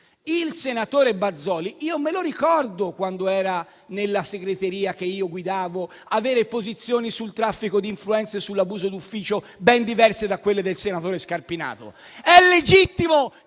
il senatore Bazoli, quando era nella segreteria che io guidavo, aveva posizioni sul traffico di influenze e sull'abuso d'ufficio ben diverse da quelle del senatore Scarpinato. È legittimo